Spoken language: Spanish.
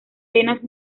venas